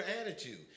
attitude